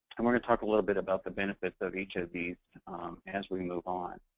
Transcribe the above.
and want to talk a little bit about the benefits of each of these as we move on.